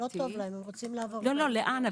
לא, לאן?